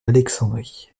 alexandrie